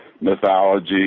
mythology